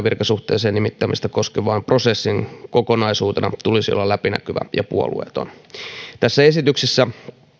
virkasuhteeseen nimittämistä koskevan prosessin kokonaisuutena tulisi olla läpinäkyvä ja puolueeton tässä esityksessä